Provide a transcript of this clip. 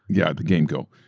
yeah, the game go,